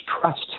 trust